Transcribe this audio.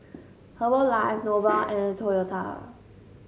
Herbalife Nova and Toyota